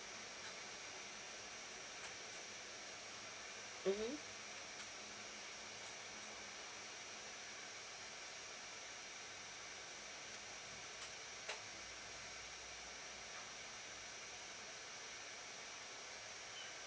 mmhmm